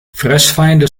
fressfeinde